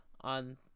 on